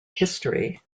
history